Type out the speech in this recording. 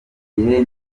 gihe